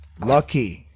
Lucky